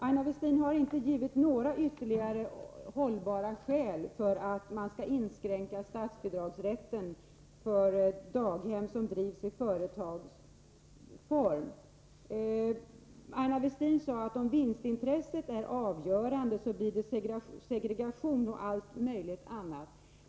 Aina Westin har inte givit några hållbara ytterligare skäl för att man skall inskränka statsbidragsrätten för daghem som drivs i företagsform. Aina Westin sade att om vinstintresset är avgörande, blir det segregation och allt möjligt annat.